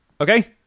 Okay